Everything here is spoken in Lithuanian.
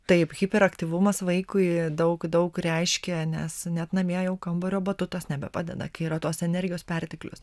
taip hiperaktyvumas vaikui daug daug reiškia nes net namie jau kambario batutas nebepadeda kai yra tos energijos perteklius